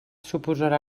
suposarà